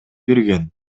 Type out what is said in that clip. берген